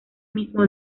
mismo